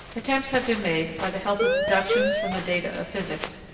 attempts have been made, by the help of deductions from the data of physics,